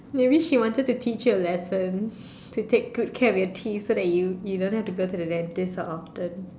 maybe she wanted to teach you a lesson to take good care of your teeth so you you don't have to go to the dentist so often